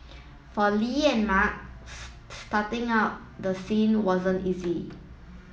for Li and Mark starting out the scene wasn't easy